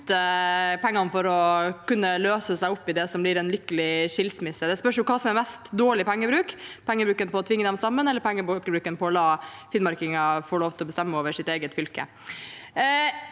til å kunne løse seg opp i det som blir en lykkelig skilsmisse. Det spørs jo hva som er mest dårlig pengebruk – pengebruken på å tvinge dem sammen eller pengebruken på å la finnmarkinger få lov til å bestemme over sitt eget fylke.